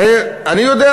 הרי אני יודע,